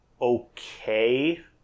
okay